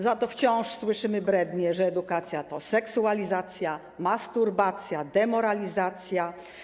Za to wciąż słyszymy brednie, że edukacja to seksualizacja, masturbacja, demoralizacja.